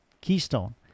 keystone